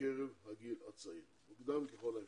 בקרב הגיל הצעיר מוקדם ככל האפשר.